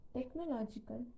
technological